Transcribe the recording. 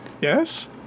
Yes